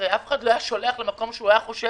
הרי אף אחד לא היה שולח למקום שהוא היה חושב